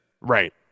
Right